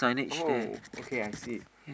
oh okay I see